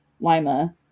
Lima